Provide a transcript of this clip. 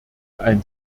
ein